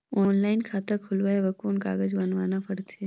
Online खाता खुलवाय बर कौन कागज बनवाना पड़थे?